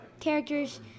characters